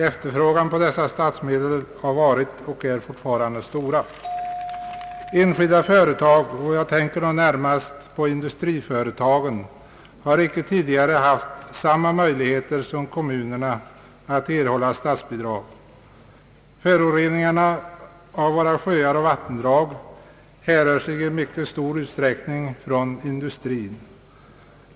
Efterfrågan på dessa statsmedel har varit och är fortfarande stor. Enskilda företag — jag tänker då närmast på industriföretagen — har icke tidigare haft samma möjligheter som kommunerna att erhålla statsbidrag. Föroreningarna av våra sjöar och vattendrag härrör i mycket stor utsträckning från industrin.